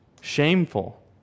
shameful